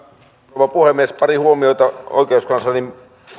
rouva puhemies pari huomiota oikeuskanslerin